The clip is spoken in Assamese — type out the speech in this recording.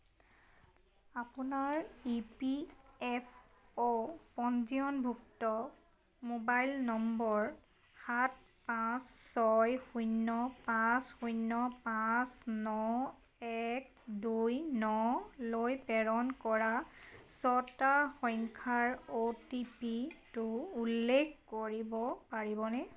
আপোনাৰ ই পি এফ অ' পঞ্জীয়নভুক্ত মোবাইল নম্বৰ সাত পাঁচ ছয় শূন্য পাঁচ শূন্য পাঁচ ন এক দুই ন লৈ প্ৰেৰণ কৰা ছটা সংখ্যাৰ অ' টি পি টো উল্লেখ কৰিব পাৰিবনে